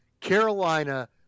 Carolina